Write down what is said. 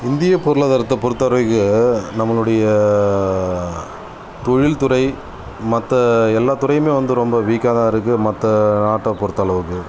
இந்திய பொருளாதாரத்தை பொறுத்த வரைக்கும் நம்மளுடைய தொழில் துறை மர்ற எல்லா துறையுமே வந்து ரொம்ப வீக்காகதான் இருக்குது மற்ற நாட்டை பொருத்தளவுக்கு